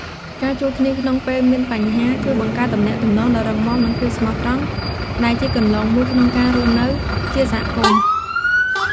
ការជួយគ្នាក្នុងពេលមានបញ្ហា ជួយបង្កើតទំនាក់ទំនងដ៏រឹងមាំ និងភាពស្មោះត្រង់ ដែលជាគន្លងមួយក្នុងការរស់នៅជាសហគមន៍។